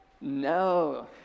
No